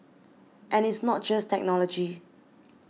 and it's not just technology